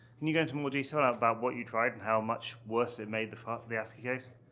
can you go into more detail about what you tried and how much worse it made the file for the ascii case.